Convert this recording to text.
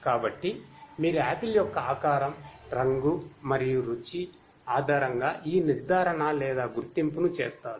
కాబట్టి మీరు ఆపిల్ యొక్క ఆకారం రంగు మరియు రుచి ఆధారంగా ఈ నిర్ధారణ లేదా గుర్తింపును చేస్తారు